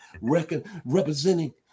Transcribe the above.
representing